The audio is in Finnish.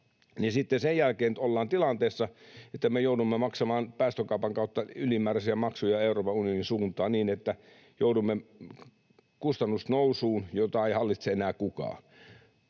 sen jälkeen nyt ollaan tilanteessa, että me joudumme maksamaan päästökaupan kautta ylimääräisiä maksuja Euroopan unionin suuntaan, niin että joudumme kustannusnousuun, jota ei hallitse enää kukaan.